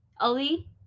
Ali